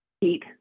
heat